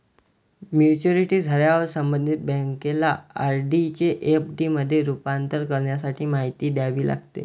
maturity झाल्यावर संबंधित बँकेला आर.डी चे एफ.डी मध्ये रूपांतर करण्यासाठी माहिती द्यावी लागते